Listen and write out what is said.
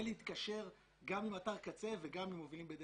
ולהתקשר גם עם אתר קצה וגם עם המובילים.